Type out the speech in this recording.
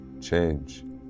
change